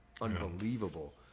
unbelievable